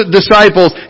disciples